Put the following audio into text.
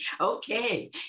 Okay